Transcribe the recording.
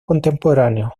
contemporáneo